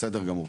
בסדר גמור.